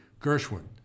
Gershwin